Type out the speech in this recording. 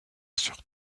sur